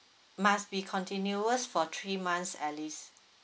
must be continuous for three months at least